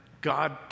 God